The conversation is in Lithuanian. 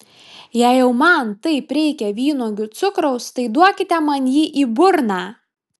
jei jau man taip reikia vynuogių cukraus tai duokite man jį į burną